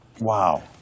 Wow